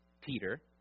Peter